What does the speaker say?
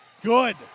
Good